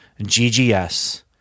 GGS